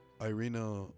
Irina